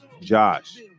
Josh